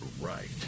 right